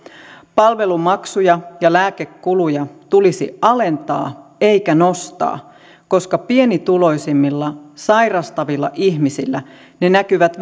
palvelumaksuja ja lääkekuluja tulisi alentaa eikä nostaa koska pienituloisimmilla sairastavilla ihmisillä ne näkyvät